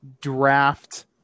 draft